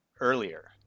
earlier